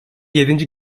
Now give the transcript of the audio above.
yedinci